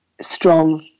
strong